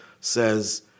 says